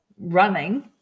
running